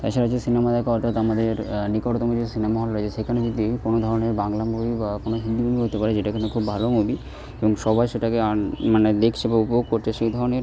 কাছাকাছি সিনেমা দেখা অর্থাৎ আমাদের নিকটতম যে সিনেমা হল রয়েছে সেখানে যদি কোনো ধরনের বাংলা মুভি বা কোনো হিন্দি মুভি হতে পারে যেটা কিনা খুব ভালো মুভি এবং সবাই সেটাকে আন মানে দেখছে বা উপভোগ করছে সেই ধরনের